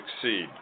succeed